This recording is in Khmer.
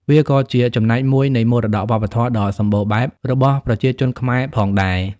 វាក៏ជាចំណែកមួយនៃមរតកវប្បធម៌ដ៏សម្បូរបែបរបស់ប្រជាជនខ្មែរផងដែរ។